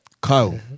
Kyle